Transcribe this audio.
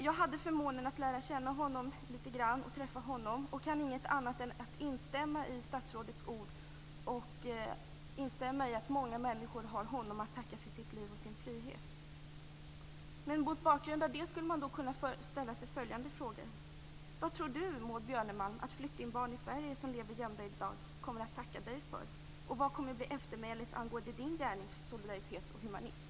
Jag hade förmånen att lära känna honom litet grand och träffa honom och kan inget annat än instämma i statsrådets ord. Många människor har honom att tacka för sitt liv och sin frihet. Mot bakgrund av det kan man ställa följande frågor. Vad tror Maud Björnemalm att flyktingbarn i Sverige som lever gömda i dag kommer att tacka Maud Björnemalm för? Vad kommer att bli eftermälet angående Maud Björnemalms gärnings solidaritet och humanism?